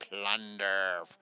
plunder